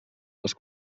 les